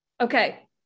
Okay